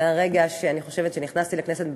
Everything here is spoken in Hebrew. אני חושבת שמהרגע שנכנסתי לכנסת,